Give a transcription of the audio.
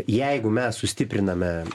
jeigu mes sustipriname